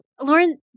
Lauren